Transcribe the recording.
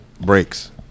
breaks